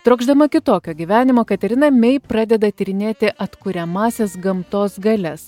trokšdama kitokio gyvenimo katerina mei pradeda tyrinėti atkuriamąsias gamtos galias